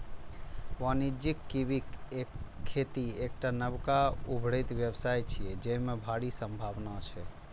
वाणिज्यिक कीवीक खेती एकटा नबका उभरैत व्यवसाय छियै, जेमे भारी संभावना छै